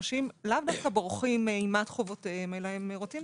אנשים היום לאו דווקא בורחים מאימת חובותיהם אלא הם רוצים